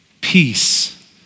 peace